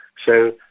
so,